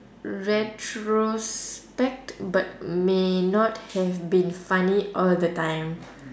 retrospect but may not have been funny all the time